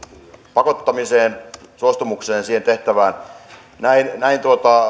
pakottamiseen suostumukseen siihen tehtävään näin näin